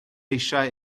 eisiau